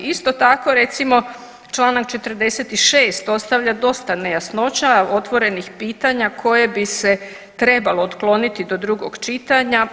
Isto tako recimo čl. 46. ostavlja dosta nejasnoća i otvorenih pitanja koje bi se trebalo otkloniti do drugog čitanja.